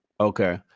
Okay